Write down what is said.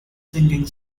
singing